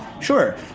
Sure